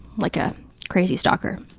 like a crazy stalker.